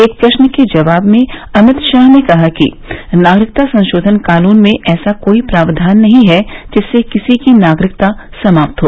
एक प्रश्न के जवाब में अमित शाह ने कहा कि नागरिकता संशोधन कानून में ऐसा कोई भी प्राक्यान नहीं है जिससे किसी की नागरिकता समाप्त हो